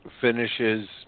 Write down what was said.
finishes